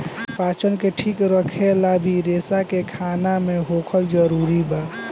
पाचन ठीक रखेला भी रेसा के खाना मे होखल जरूरी बा